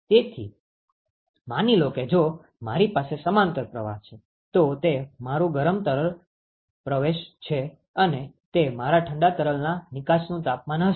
તેથી માની લો કે જો મારી પાસે સમાંતર પ્રવાહ છે તો તે મારૂ ગરમ તરલ પ્રવેશ છે અને તે મારા ઠંડા તરલના નિકાશ નું તાપમાન હશે